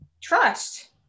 trust